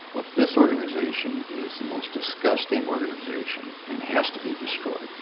like this organization is the most disgusting organization and has to be destroyed,